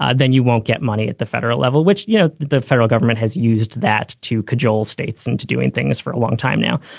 ah then you won't get money at the federal level, which, you know, the federal government has used that to cajole states into doing things for a long time now.